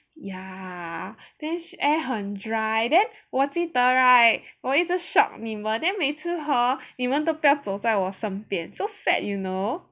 ya air 很 dry then 我记得 right 我一直 shock 你们 then 每次 hor 你们都不要在我身边 so sad you know